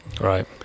Right